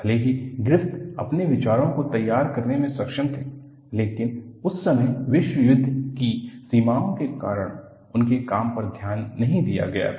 भले ही ग्रिफ़िथ अपने विचारों को तैयार करने में सक्षम थे लेकिन उस समय विश्व युद्ध की सीमाओं के कारण उसके काम पर ध्यान नहीं दिया गया था